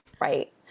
Right